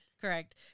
Correct